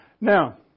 Now